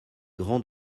grands